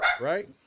right